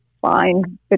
fine